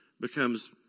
becomes